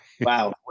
Wow